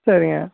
சரிங்க